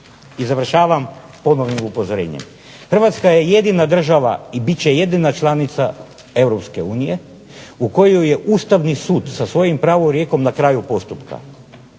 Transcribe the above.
I završavam ponovnim upozorenjem. Hrvatska je jedina država i bit će jedina članica Europske unije u kojoj je Ustavni sud sa svojim pravorijekom na kraju postupka